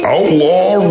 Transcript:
Outlaw